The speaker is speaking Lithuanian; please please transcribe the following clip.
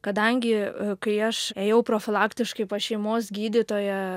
kadangi kai aš ėjau profilaktiškai pas šeimos gydytoją